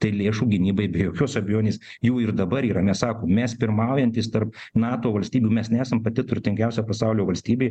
tai lėšų gynybai be jokios abejonės jų ir dabar yra nes sakom mes pirmaujantys tarp nato valstybių mes nesam pati turtingiausia pasaulio valstybė